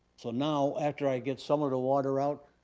so now after i get some of the water out,